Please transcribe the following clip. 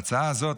ההצעה הזאת,